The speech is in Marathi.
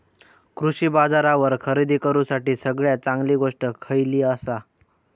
कृषी बाजारावर खरेदी करूसाठी सगळ्यात चांगली गोष्ट खैयली आसा?